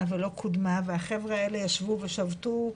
ולא קודמה והחבר'ה האלה ישבו ושבתו,